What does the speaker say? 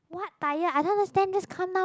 what tired I don't understand just come now